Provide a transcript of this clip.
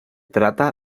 trata